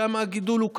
שם הגידול הוא קבוע,